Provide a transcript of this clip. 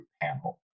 panel